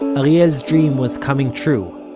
ariel's dream was coming true.